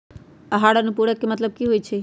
आहार अनुपूरक के मतलब की होइ छई?